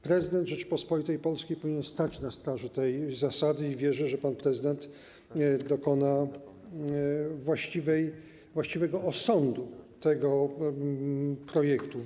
Prezydent Rzeczypospolitej Polskiej powinien stać na straży tej zasady i wierzę, że pan prezydent dokona właściwego osądu tego projektu.